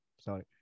Sorry